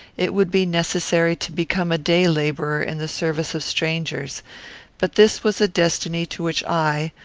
it would be necessary to become a day-labourer in the service of strangers but this was a destiny to which i,